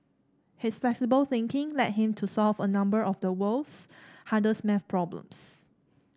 his flexible thinking led him to solve a number of the world's hardest maths problems